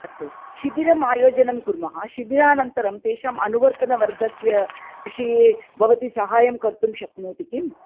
अस्तु शिबिरम् आयोजनं कुर्मः शिबिरानन्तरं तेषाम् अनुवर्तनवर्गस्य विषये भवती साहाय्यं कर्तुं शक्नोति किम्